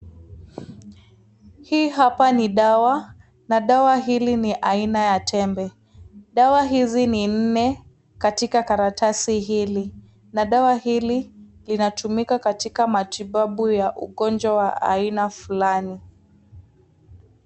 Hii hapa ni dawa na dawa hili ni aina ya tembe, dawa hizi ni nne katika karatasi hili na dawa hili linatumika katika matibabu ya ugonjwa wa aina fulani.